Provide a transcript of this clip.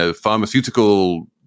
pharmaceutical